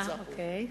אוקיי.